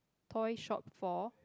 toy shop for